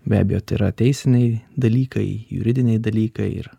be abejo tai yra teisiniai dalykai juridiniai dalykai ir